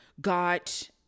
Got